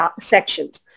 sections